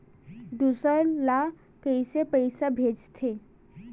दूसरा ला कइसे पईसा भेजथे?